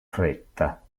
fretta